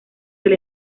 del